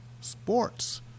sports